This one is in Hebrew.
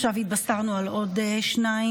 עכשיו התבשרנו על עוד שניים,